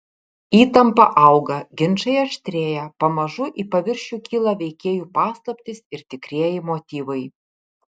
įtampa auga ginčai aštrėja pamažu į paviršių kyla veikėjų paslaptys ir tikrieji motyvai